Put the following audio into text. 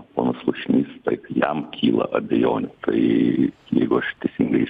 ponas slušnys taip jam kyla abejonių tai jeigu aš teisingai iš